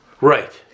Right